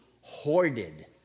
hoarded